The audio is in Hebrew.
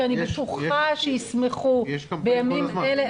שאני בטוחה שישמחו בימים כאלה.